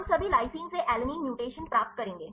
हम सभी लाइसिन से अलैनिन म्यूटेशन प्राप्त करेंगे